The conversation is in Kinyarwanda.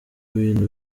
bintu